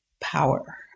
power